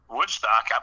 Woodstock